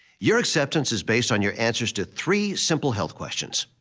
your acceptance is based on your answers to three, simple health questions,